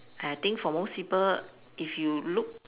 I think for most people if you look